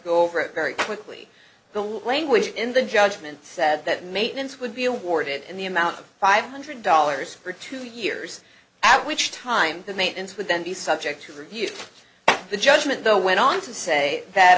go over it very quickly the language in the judgment said that maintenance would be awarded in the amount of five hundred dollars for two years at which time the maintenance would then be subject to review the judgment though went on to say that